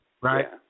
right